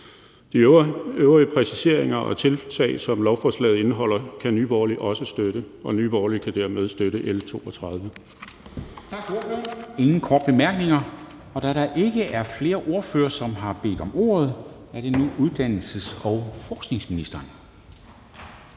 De øvrige præciseringer og tiltag, som lovforslaget indeholder, kan Nye Borgerlige også støtte. Nye Borgerlige kan dermed støtte L 32.